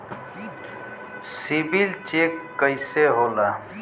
CIBIL check कइसे होला?